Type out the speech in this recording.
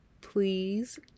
please